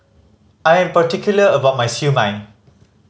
I'm particular about my Siew Mai